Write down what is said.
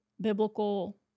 biblical